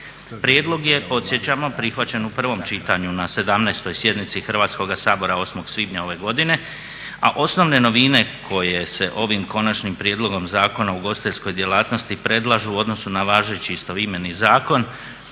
Prijedlog je podsjećamo prihvaćen u prvom čitanju na 17. sjednici Hrvatskoga sabora 8. svibnja ove godine, a osnovne novine koje se ovim konačnim prijedlogom Zakona o ugostiteljskoj djelatnosti predlažu u odnosu na važeći istoimeni zakon